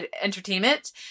entertainment